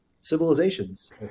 civilizations